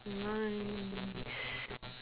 nice